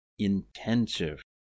intensive